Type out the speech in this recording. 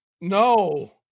No